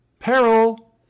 Peril